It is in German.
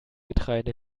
getreide